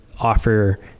offer